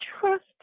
trust